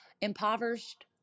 impoverished